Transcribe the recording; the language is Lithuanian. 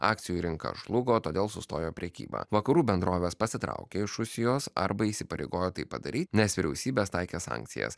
akcijų rinka žlugo todėl sustojo prekyba vakarų bendrovės pasitraukė iš rusijos arba įsipareigojo tai padaryt nes vyriausybės taikė sankcijas